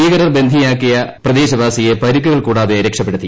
ഭീകരർ ബന്ദിയാക്കിയ പ്രദേശവാസിയെ പരിക്കൂകൾ കൂടാതെ രക്ഷപ്പെടുത്തി